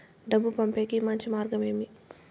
డబ్బు పంపేకి మంచి మార్గం ఏమి